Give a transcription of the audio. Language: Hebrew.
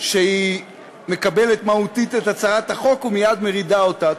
שהיא מקבלת מהותית את הצעת החוק ומייד מורידה אותה.